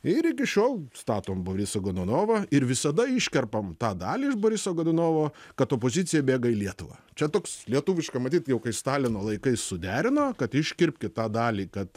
ir iki šiol statom borisą gonunovą ir visada iškerpam tą dalį iš boriso godunovo kad opozicija bėga į lietuvą čia toks lietuviška matyt jau kai stalino laikais suderino kad iškirpkit tą dalį kad